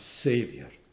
Savior